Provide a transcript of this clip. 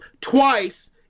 twice